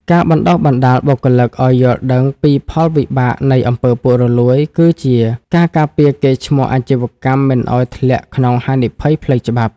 ការបណ្ដុះបណ្ដាលបុគ្គលិកឱ្យយល់ដឹងពីផលវិបាកនៃ អំពើពុករលួយ គឺជាការការពារកេរ្តិ៍ឈ្មោះអាជីវកម្មមិនឱ្យធ្លាក់ក្នុងហានិភ័យផ្លូវច្បាប់។